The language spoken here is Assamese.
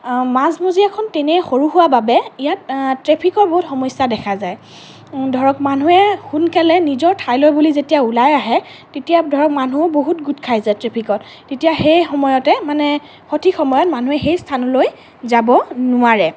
মাজমজিয়াখন তেনেই সৰু হোৱা বাবে ইয়াত ট্ৰেফিকৰ বহুত সমস্যা দেখা যায় ধৰক মানুহে সোনকালে নিজৰ ঠাইলৈ বুলি যেতিয়া ওলাই আহে তেতিয়া ধৰক মানুহ বহুত গোট খাই যায় ট্ৰেফিকত তেতিয়া সেই সময়তে মানে সঠিক সময়ত মানুহে সেই স্থানলৈ যাব নোৱাৰে